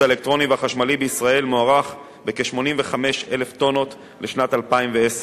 האלקטרוני והחשמלי בישראל מוערך ב-85,000 טונות לשנת 2010,